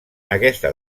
aquesta